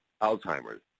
Alzheimer's